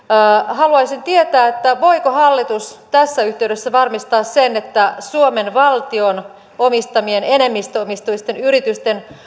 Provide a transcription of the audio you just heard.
haluaisin tietää voiko hallitus tässä yhteydessä varmistaa sen että suomen valtion omistamien enemmistöomisteisten yritysten